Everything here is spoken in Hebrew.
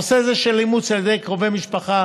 נושא זה של אימוץ על ידי קרובי משפחה,